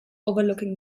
overlooking